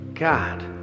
God